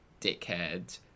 dickhead